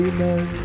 Amen